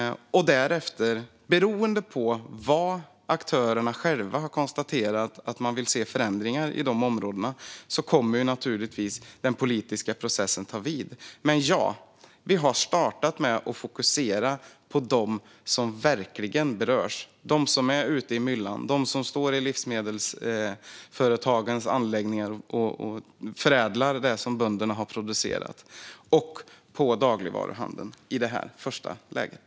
Därefter kommer den politiska processen naturligtvis att ta vid på de områden där aktörerna själva har konstaterat att de vill se förändringar. Men ja, vi har startat med att fokusera på dem som verkligen berörs - de som är ute i myllan och de som står i livsmedelsföretagens anläggningar och förädlar det som bönderna har producerat - och på dagligvaruhandeln i det här första läget.